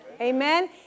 Amen